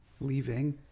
Leaving